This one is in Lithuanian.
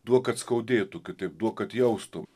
duok kad skaudėtų kitaip duok kad jaustum